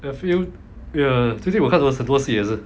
the feel ya feeling 我看我看很多戏也是